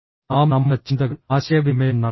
നാം നമ്മുടെ ചിന്തകൾ ആശയവിനിമയം നടത്തുന്നു